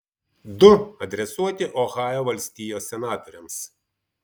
du adresuoti ohajo valstijos senatoriams